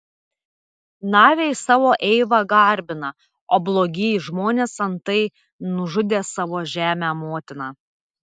naviai savo eivą garbina o blogieji žmonės antai nužudė savo žemę motiną